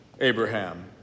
Abraham